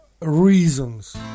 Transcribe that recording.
reasons